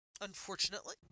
unfortunately